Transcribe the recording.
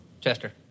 Chester